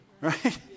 Right